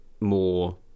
more